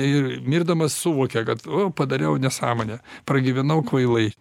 ir mirdamas suvokia kad padariau nesąmonę pragyvenau kvailai